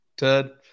Tud